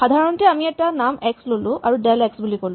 সাধাৰণতে আমি এটা নাম এক্স ল'লো আৰু ডেল এক্স বুলি ক'লো